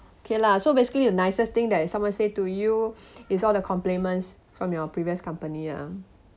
okay lah so basically the nicest thing that someone say to you is all the compliments from your previous company ah